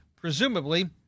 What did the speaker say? presumably